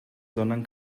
sondern